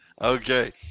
okay